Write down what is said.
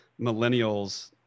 millennials